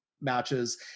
matches